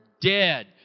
dead